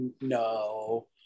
no